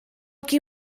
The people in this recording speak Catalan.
qui